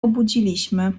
obudziliśmy